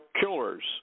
killers